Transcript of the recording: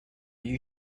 you